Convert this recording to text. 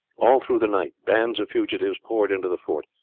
all through the night bands of fugitives poured into the fort,